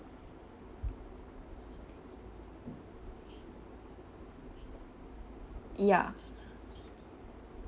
ya